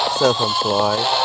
self-employed